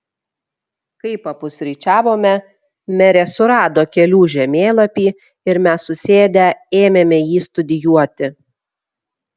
kai papusryčiavome merė surado kelių žemėlapį ir mes susėdę ėmėme jį studijuoti